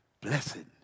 blessing